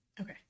Okay